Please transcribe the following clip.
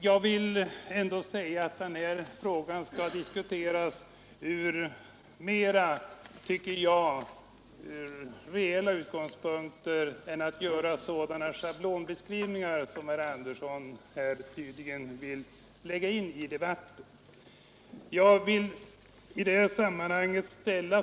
Jag tycker emellertid att denna fråga bör diskuteras från mer reella utgångspunkter och inte med sådana schablonbeskrivningar som herr Andersson tydligen vill föra in i debatten.